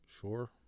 Sure